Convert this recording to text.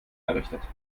errichtet